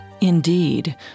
Indeed